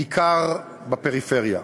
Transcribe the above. בעיקר בפריפריה.